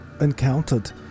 encountered